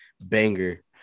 banger